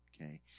okay